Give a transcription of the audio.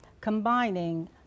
combining